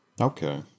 Okay